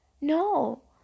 no